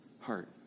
heart